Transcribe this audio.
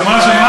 שמה?